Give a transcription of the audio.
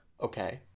Okay